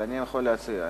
אבל אני יכול להציע,